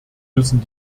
müssen